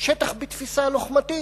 שטח בתפיסה לוחמתית.